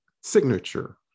signature